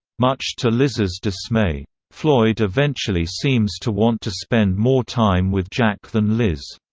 much to liz's dismay. floyd eventually seems to want to spend more time with jack than liz.